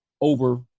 over